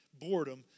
boredom